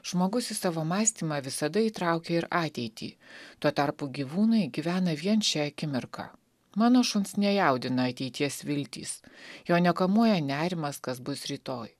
žmogus į savo mąstymą visada įtraukia ir ateitį tuo tarpu gyvūnai gyvena vien šia akimirka mano šuns nejaudina ateities viltys jo nekamuoja nerimas kas bus rytoj